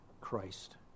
Christ